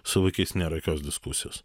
su vaikais nėra jokios diskusijos